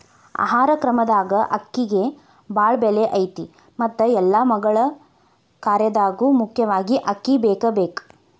ಆಹಾರ ಕ್ರಮದಾಗ ಅಕ್ಕಿಗೆ ಬಾಳ ಬೆಲೆ ಐತಿ ಮತ್ತ ಎಲ್ಲಾ ಮಗಳ ಕಾರ್ಯದಾಗು ಮುಖ್ಯವಾಗಿ ಅಕ್ಕಿ ಬೇಕಬೇಕ